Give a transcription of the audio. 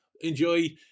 Enjoy